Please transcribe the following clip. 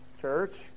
church